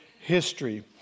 history